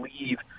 leave